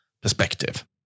perspective